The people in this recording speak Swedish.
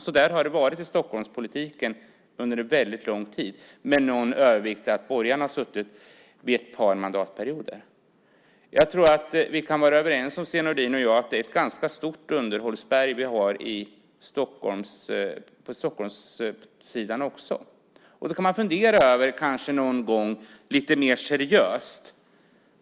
Så där har det varit i Stockholmspolitiken under väldigt lång tid med något undantag, då borgarna har suttit i ett par mandatperioder. Jag tror att vi kan vara överens om, Sten Nordin och jag, att det är ett ganska stort underhållsberg som vi har i Stockholm också. Någon gång kan man kanske fundera över detta lite mer seriöst.